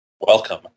Welcome